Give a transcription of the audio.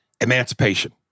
Emancipation